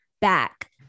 back